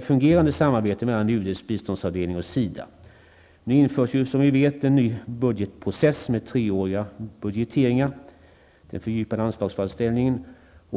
fungerande samarbete mellan UDs biståndsavdelning och SIDA. Nu införs ju som vi vet en ny budgetprocess med treåriga budgeteringar, den fördjupade anslagsframställningen.